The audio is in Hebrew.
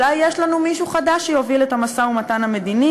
אולי יש לנו מישהו חדש שיוביל את המשא-ומתן המדיני,